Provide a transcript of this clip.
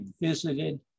visited